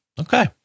Okay